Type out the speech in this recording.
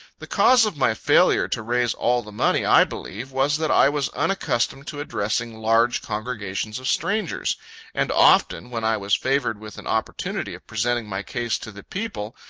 the cause of my failure to raise all the money, i believe, was that i was unaccustomed to addressing large congregations of strangers and often, when i was favored with an opportunity of presenting my case to the people,